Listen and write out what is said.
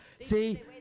See